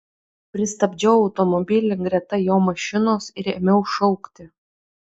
pristabdžiau automobilį greta jo mašinos ir ėmiau šaukti